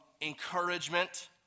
encouragement